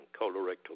colorectal